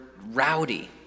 rowdy